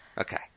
Okay